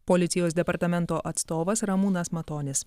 policijos departamento atstovas ramūnas matonis